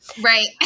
Right